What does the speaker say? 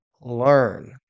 Learn